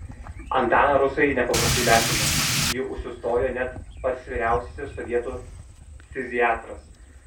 antaną rusai nepaprastai vertina jį užsistojo net pats vyriausiasis sovietų ftiziatras